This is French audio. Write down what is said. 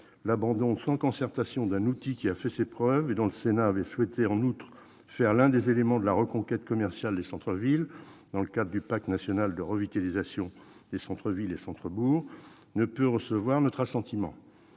L'abandon sans concertation d'un outil qui a fait ses preuves et dont le Sénat avait souhaité, en outre, faire l'un des éléments de la reconquête commerciale des centres-villes, dans le cadre du pacte national de revitalisation des centres-villes et centres-bourgs, ne peut recevoir notre assentiment.